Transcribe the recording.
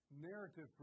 narrative